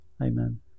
Amen